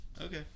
Okay